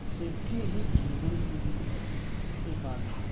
safety ही जीवन के लिए एक आधार है